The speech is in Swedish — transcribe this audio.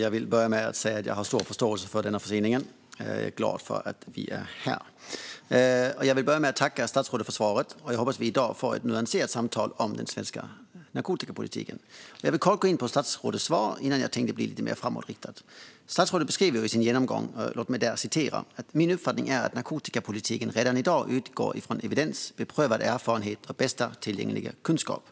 Jag vill börja med att säga att jag har stor förståelse för förseningen och är glad över att vi är här. Jag vill tacka statsrådet för svaret, och jag hoppas att vi i dag får ett nyanserat samtal om den svenska narkotikapolitiken. Jag vill kort gå in på statsrådets svar innan jag tänkte bli lite mer framåtriktad. I sin genomgång säger statsrådet: "Min uppfattning är att narkotikapolitiken redan i dag utgår från evidens, beprövad erfarenhet och bästa tillgängliga kunskap."